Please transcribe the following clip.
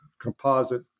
Composite